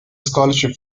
scholarship